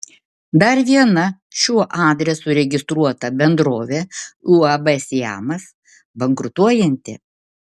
dar viena šiuo adresu registruota bendrovė uab siamas bankrutuojanti